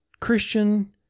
Christian